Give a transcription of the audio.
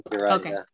Okay